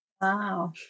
wow